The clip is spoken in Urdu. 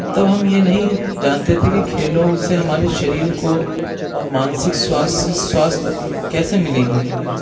تب ہم یہ نہیں جانتے تھے کہ کھیلوں سے ہمارے شریر کو مانسک سواستھ کیسے ملے گی